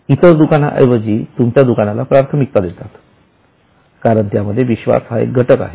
इतर दुकानाएवजी तुमच्या दुकानाला प्राथमिकता देतात कारण त्यामध्ये विश्वास हा एक घटक आहे